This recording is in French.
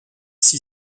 s’y